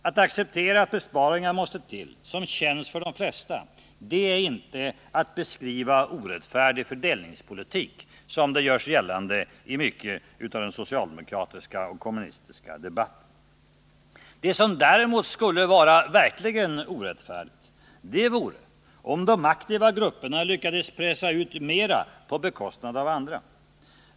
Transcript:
Att acceptera att besparingar måste till som känns för de flesta är inte att bedriva orättfärdig fördelningspolitik — som det görs gällande i mycket av den socialdemokratiska och kommunistiska debatten. Det som däremot skulle vara verkligt orättfärdigt vore om de aktiva grupperna lyckades pressa ut mer på bekostnad av andra.